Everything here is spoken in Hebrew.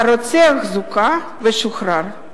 ה"רוצח" זוכה ושוחרר.